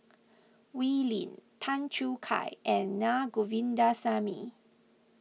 Wee Lin Tan Choo Kai and Naa Govindasamy